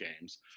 games